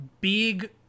big